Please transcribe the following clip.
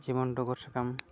ᱡᱮᱢᱚᱱ ᱰᱚᱜᱚᱨ ᱥᱟᱠᱟᱢ